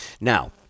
Now